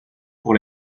pour